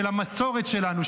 של המסורת שלנו,